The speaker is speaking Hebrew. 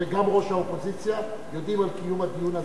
וגם ראש האופוזיציה יודעים על קיום הדיון הזה.